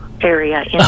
Area